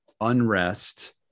unrest